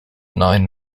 nine